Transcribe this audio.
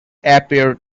appear